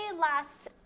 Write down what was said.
last